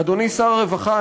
אדוני שר הרווחה,